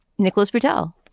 nicholas patel.